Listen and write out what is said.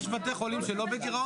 יש בתי חולים שהם לא בגירעון?